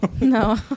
No